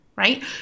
Right